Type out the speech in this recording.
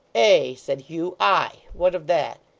ay! said hugh. i! what of that